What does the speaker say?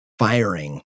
firing